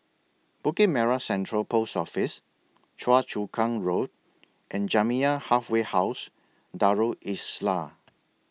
Bukit Merah Central Post Office Choa Chu Kang Road and Jamiyah Halfway House Darul Islah